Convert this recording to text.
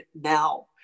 now